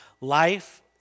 life